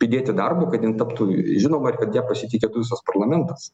įdėti darbo kad jinai taptų žinoma ir kad ja pasitikėtų visas parlamentas